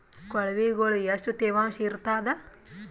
ಕೊಳವಿಗೊಳ ಎಷ್ಟು ತೇವಾಂಶ ಇರ್ತಾದ?